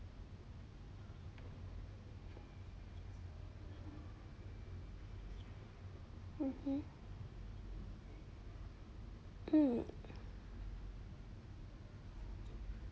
mmhmm mm